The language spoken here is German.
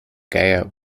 geier